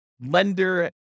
lender